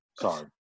Sorry